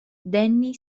danny